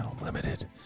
limited